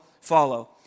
follow